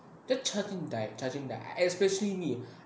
the charging died charging died especially me